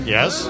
Yes